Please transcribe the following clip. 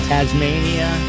Tasmania